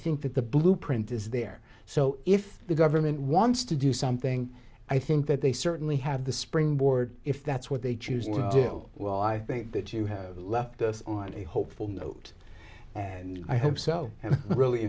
think that the blueprint is there so if the government wants to do something i think that they certainly have the springboard if that's what they choose to do well i think that you have left us on a hopeful note and i hope so and really